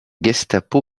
gestapo